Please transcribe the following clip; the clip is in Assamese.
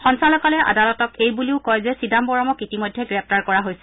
সঞ্চালকালয়ে আদালতক এইবুলিও কয় যে চিদাম্বৰমক ইতিমধ্যে গ্ৰেপ্তাৰ কৰা হৈছে